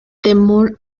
temor